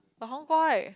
老黄瓜 eh